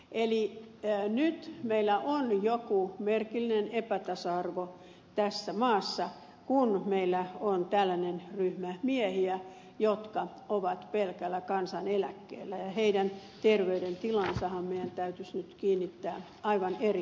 eli nyt meillä on joku merkillinen epätasa arvo tässä maassa kun meillä on tällainen ryhmä miehiä jotka ovat pelkällä kansaneläkkeellä ja heidän terveydentilaansahan meidän täytyisi nyt kiinnittää aivan erikoista huomiota